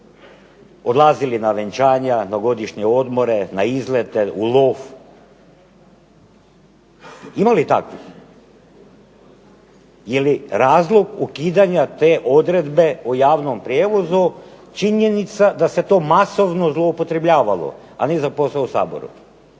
odlazili na vjenčanja, na godišnje odmore, na izlete, u lov. Ima li takvih? Je li razlog ukidanja te odredbe o javnom prijevozu činjenica da se to masovno zloupotrebljavalo, a ne za posao u Saboru.